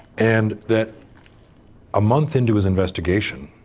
and that a month into his investigation